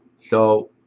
so